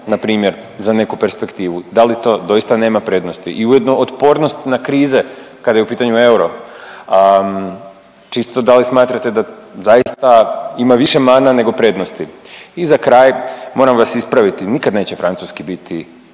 na primjer za neku perspektivu, da li to doista nema prednosti i ujedno otpornost na krize kada je u pitanju euro. Čisto da li smatrate da zaista ima više mana nego prednosti? I za kraj moram vas ispraviti, nikad neće francuski biti